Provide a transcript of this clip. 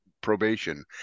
probation